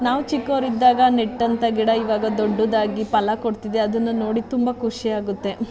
ನಾವು ಚಿಕ್ಕವರಿದ್ದಾಗ ನೆಟ್ಟಂಥ ಗಿಡ ಇವಾಗ ದೊಡ್ಡದಾಗಿ ಫಲ ಕೊಡ್ತಿದೆ ಅದನ್ನು ನೋಡಿ ತುಂಬ ಖುಷಿ ಆಗುತ್ತೆ